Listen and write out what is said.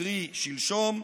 קרי, שלשום,